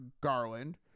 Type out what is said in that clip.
Garland